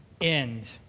end